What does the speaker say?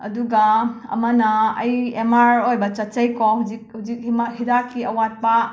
ꯑꯗꯨꯒ ꯑꯃꯅ ꯑꯩ ꯑꯦꯝ ꯑꯥꯔ ꯑꯣꯏꯕ ꯆꯠꯆꯩ ꯀꯣ ꯍꯨꯖꯤꯛ ꯍꯨꯖꯤꯛ ꯍꯤꯗꯥꯛꯀꯤ ꯑꯋꯥꯠꯄ